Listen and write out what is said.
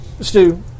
Stu